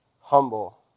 humble